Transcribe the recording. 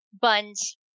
buns